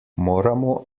moramo